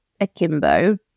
akimbo